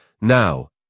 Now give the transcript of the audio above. now